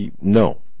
no